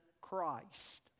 Christ